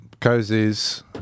cozies